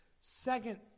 second